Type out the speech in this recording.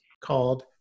called